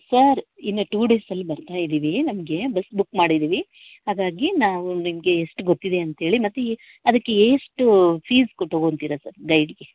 sir ಇನ್ನು two ಡೇಸಲ್ಲಿ ಬರ್ತಾ ಇದ್ದೀವಿ ನಮಗೆ ಬಸ್ ಬುಕ್ ಮಾಡಿದ್ದೀವಿ ಹಾಗಾಗಿ ನಾವು ನಿಮಗೆ ಎಷ್ಟು ಗೊತ್ತಿದೆ ಅಂತ್ಹೇಳಿ ಮತ್ತು ಎ ಅದಕ್ಕೆ ಎಷ್ಟು ಫೀಸ್ ಕು ತಗೊತಿರ ಸರ್ ಗೈಡ್ಗೆ